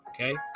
okay